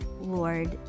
Lord